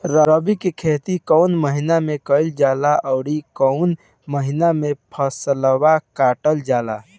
रबी की खेती कौने महिने में कइल जाला अउर कौन् महीना में फसलवा कटल जाला?